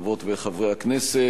חברות וחברי הכנסת,